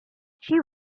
she